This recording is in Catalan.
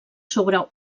sobre